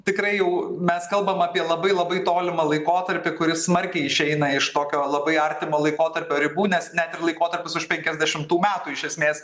tikrai jau mes kalbam apie labai labai tolimą laikotarpį kuris smarkiai išeina iš tokio labai artimo laikotarpio ribų nes net ir laikotarpis už penkiasdešimtų metų iš esmės